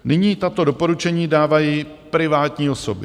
Nyní tato doporučení dávají privátní osoby.